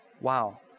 Wow